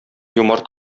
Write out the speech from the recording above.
юмарт